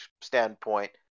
standpoint